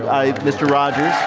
mr. rogers